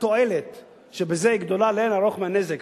התועלת שבזה היא גדולה לאין ערוך מהנזק,